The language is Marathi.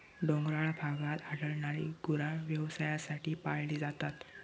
डोंगराळ भागात आढळणारी गुरा व्यवसायासाठी पाळली जातात